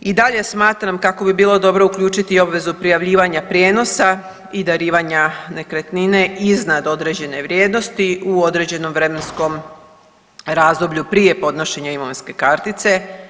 I dalje smatram kako bi bilo dobro uključiti i obvezu prijavljivanja prijenosa i darivanja nekretnine iznad određene vrijednosti, u određenom vremenskom razdoblju prije podnošenja imovinske kartice.